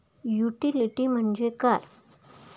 Utility म्हणजे काय?